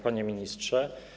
Panie Ministrze!